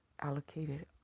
allocated